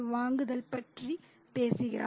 வாங்குதல் பற்றி பேசுகிறார்